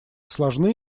сложны